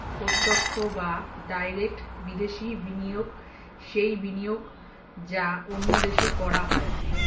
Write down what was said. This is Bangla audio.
প্রত্যক্ষ বা ডাইরেক্ট বিদেশি বিনিয়োগ সেই বিনিয়োগ যা অন্য দেশে করা হয়